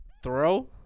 Throw